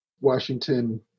Washington